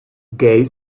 gate